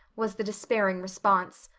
was the despairing response.